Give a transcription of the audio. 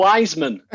Wiseman